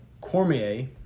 Cormier